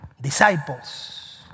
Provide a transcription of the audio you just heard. disciples